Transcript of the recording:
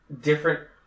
different